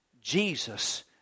Jesus